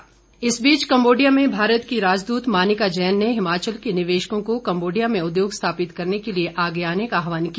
मानिका जैन इस बीच कंबोडिया में भारत की राजदूत मानिका जैन ने हिमाचल के निवेशकों को कंबोडिया में उद्योग स्थापित करने के लिए आगे आने का आह्वान किया